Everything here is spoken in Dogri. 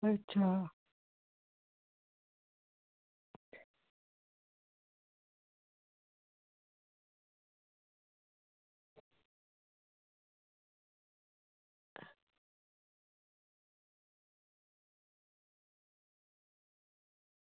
अच्छा